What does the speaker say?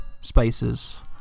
spaces